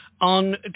on